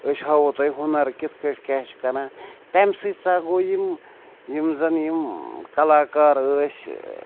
أسۍ ہاوَو تۄہہِ ہُنَر کِتھ کٲٹھۍ کیٛاہ چھِ کَران تَمہِ سۭتۍ سا گوٚو یِم یِم زَن یِم کَلاکار ٲسۍ